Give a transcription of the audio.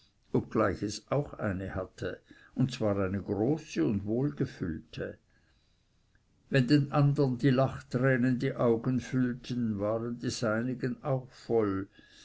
obgleich es auch eine hatte und zwar eine große und wohlgefüllte wenn den andern die lachtränen die augen füllten waren die seinigen auch voll